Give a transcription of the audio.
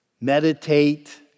meditate